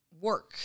work